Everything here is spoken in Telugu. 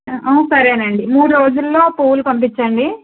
సరేనండి మూడు రోజుల్లో పూలు పంపించండి